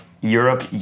Europe